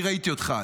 אני ראיתי אותך אז.